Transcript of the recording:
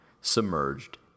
submerged